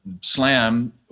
Slam